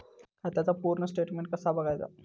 खात्याचा पूर्ण स्टेटमेट कसा बगायचा?